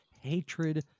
hatred